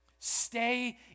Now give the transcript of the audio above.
Stay